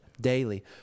daily